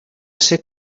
ser